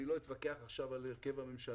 אני לא אתווכח עכשיו על הרכב הממשלה,